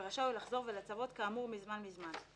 ורשאי הוא לחזור ולצוות כאמור מזמן לזמן.